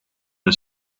een